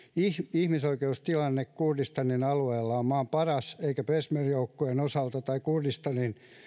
ihmisoikeustilanne kurdistanin alueella on maan paras eikä peshmerga joukkojen osalta tai kurdistanin